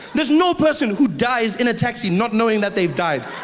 there is no person who died in a taxi not knowing that they've died.